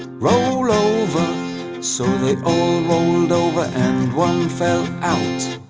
roll over so they all rolled over and one fell out